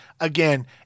again